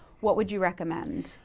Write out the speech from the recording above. what would you recommend?